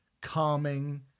calming